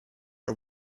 are